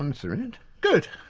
answer it. good,